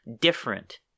different